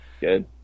Good